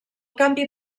canvi